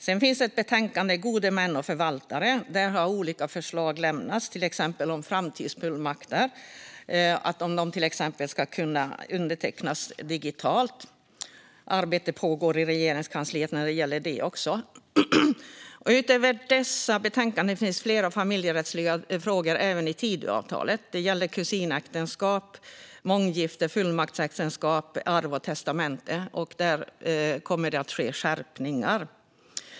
Det finns ett betänkande som heter Gode män och förvaltare . Där har olika förslag lämnats, till exempel att framtidsfullmakter ska kunna undertecknas digitalt. Arbete pågår i Regeringskansliet också när det gäller detta. Utöver dessa betänkanden tas flera familjerättsliga frågor upp i Tidöavtalet. Det gäller kusinäktenskap, månggifte, fullmaktsäktenskap samt arv och testamente. Där kommer det att ske skärpningar.